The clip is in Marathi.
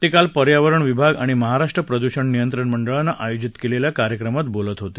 ते काल पर्यावरण विभाग आणि महाराष्ट्र प्रद्षण नियंत्रण मंडळानं आयोजित केलेल्या कार्यक्रमात बोलत होते